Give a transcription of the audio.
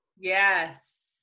Yes